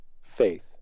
faith